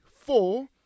four